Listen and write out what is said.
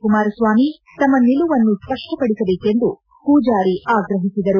ಕುಮಾರಸ್ವಾಮಿ ತಮ್ಮ ನಿಲುವನ್ನು ಸ್ಪಷ್ಟಪಡಿಸಬೇಕು ಎಂದು ಸಪ ಮೂಜಾರಿ ಆಗ್ರಹಿಸಿದರು